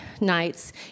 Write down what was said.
nights